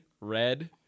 red